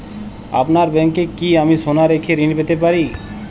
আপনার ব্যাংকে কি আমি সোনা রেখে ঋণ পেতে পারি?